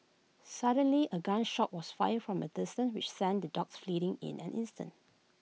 suddenly A gun shot was fired from A distance which sent the dogs fleeting in an instant